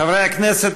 חברי הכנסת,